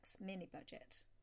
mini-budget